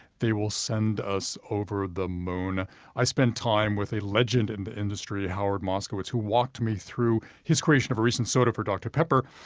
they will send us over the moon i spent time with a legend in the industry, howard moskowitz, who walked me through his creation of a recent soda for dr pepper.